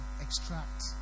extract